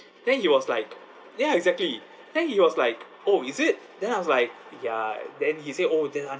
then he was like ya exactly then he was like oh is it then I was like ya then he say oh then